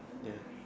ya